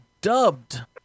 dubbed